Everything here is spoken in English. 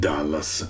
Dallas